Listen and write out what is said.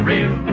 Real